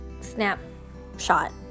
snapshot